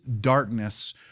darkness